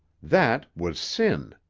that was sin.